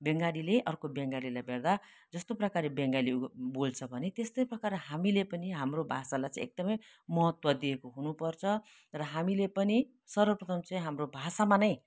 बङ्गालीले अर्को बङ्गालीलाई भेट्दा जस्तो प्रकारले बङ्गाली बोल्छ भने त्यस्तै प्रकारले हामीले पनि हाम्रो भाषालाई चाहिँ एकदमै महत्त्व दिएको हुनुपर्छ र हामीले पनि सर्वप्रथम चाहिँ हाम्रो भाषामा नै